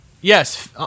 yes